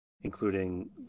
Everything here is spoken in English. including